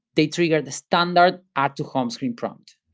they trigger the standard add to home screen prompt.